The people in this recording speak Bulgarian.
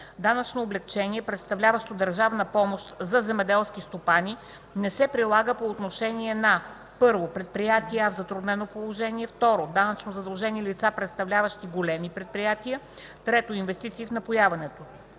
Данъчно облекчение, представляващо държавна помощ за земеделски стопани, не се прилага по отношение на: 1. предприятия в затруднено положение; 2. данъчно задължени лица, представляващи големи предприятия; 3. инвестиции в напояване.“